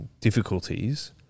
difficulties